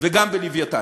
וגם ב"לווייתן".